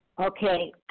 Okay